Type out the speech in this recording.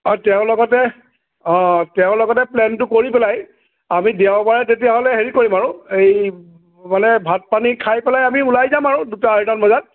অঁ তেওঁৰ লগতে অঁ তেওঁৰ লগতে প্লেনটো কৰি পেলাই আমি দেওবাৰে তেতিয়াহ'লে হেৰি কৰিম আৰু হেৰি মানে ভাত পানী খাই পেলাই আমি ওলাই যাম আৰু দুটা আঢ়ৈটামান বজাত